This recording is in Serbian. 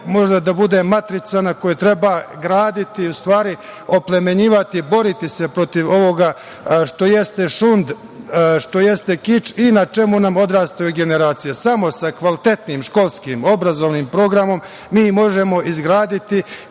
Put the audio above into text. možda mogla biti matrica na kojoj treba graditi, u stvari, oplemenjivati, boriti se protiv ovoga što jeste šund, što jeste kič i na čemu nam odrastaju generacije. Samo sa kvalitetnim školskim obrazovnim programom mi možemo izgraditi